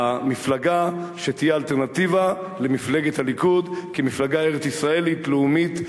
המפלגה שתהיה אלטרנטיבה למפלגת הליכוד כמפלגה ארץ-ישראלית לאומית,